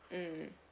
mm